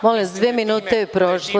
Molim vas, dve minute je prošlo.